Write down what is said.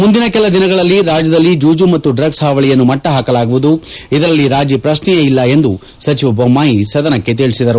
ಮುಂದಿನ ಕೆಲ ದಿನಗಳಲ್ಲಿ ರಾಜ್ಯದಲ್ಲಿ ಜೂಜು ಮತ್ತು ಡ್ರಗ್ವ್ ಹಾವಳಿಯನ್ನು ಮಟ್ಟ ಹಾಕಲಾಗುವುದು ಇದರಲ್ಲಿ ರಾಜಿ ಪ್ರಶ್ನೆಯೇ ಇಲ್ಲ ಎಂದು ಸಚಿವ ಬೊಮ್ಮಾಯಿ ಸದನಕ್ಕೆ ತಿಳಿಸಿದರು